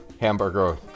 Hamburger